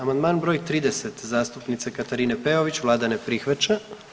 Amandman broj 30. zastupnice Katarine Peović, vlada ne prihvaća.